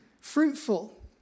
fruitful